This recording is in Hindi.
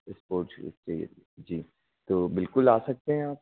इस्पोर्ट चाहिए तो जी बिलकुल आ सकते है